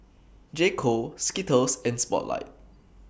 J Co Skittles and Spotlight